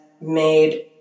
made